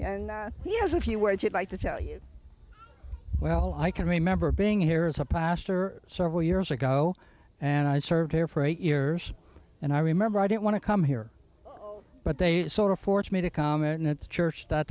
and he has a few words i'd like to tell you well i can remember being here as a pastor several years ago and i served there for eight years and i remember i didn't want to come here but they sort of force me to come and it's church th